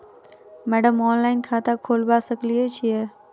Madam online खाता खोलबा सकलिये छीयै?